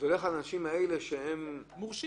זה הולך על האנשים האלה שהם מורשים.